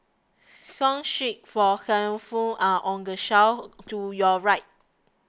song sheets for handphones are on the shelf to your right